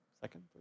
second